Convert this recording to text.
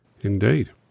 Indeed